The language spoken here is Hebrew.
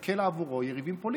ויסכל עבורו יריבים פוליטיים.